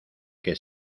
que